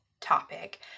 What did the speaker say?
topic